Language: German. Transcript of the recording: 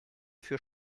für